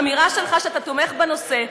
אמירה שלך שאתה תומך בנושא.